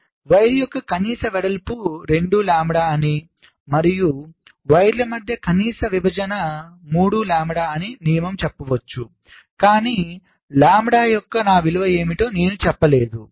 కాబట్టి వైర్ యొక్క కనీస వెడల్పు 2 లాంబ్డా అని మరియు వైర్ల మధ్య కనీస విభజన 3 లాంబ్డా అని నియమం చెప్పవచ్చు కాని లాంబ్డా యొక్క నా విలువ ఏమిటో నేను చెప్పలేదు